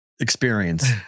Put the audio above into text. experience